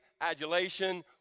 adulation